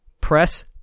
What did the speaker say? Press